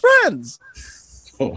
friends